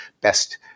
best